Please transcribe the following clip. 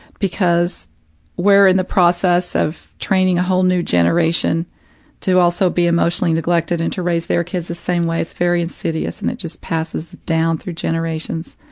because we're in the process of training a whole new generation to also be emotionally neglected and to raise their kids the same way it's very insidious and it just passes down through generations,